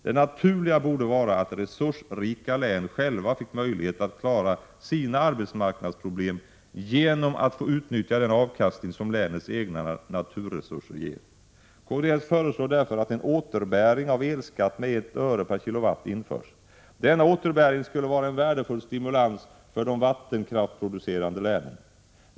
Det naturliga borde vara att resursrika län själva fick möjlighet att klara sina arbetsmarknadsproblem genom att få utnyttja den avkastning som länets egna naturresurser ger. Kds föreslår därför att en ”återbäring” av elskatten med 1 öre/kWh införs. Denna återbäring skulle vara en värdefull stimulans för de vattenkraftsproducerande länen.